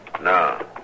No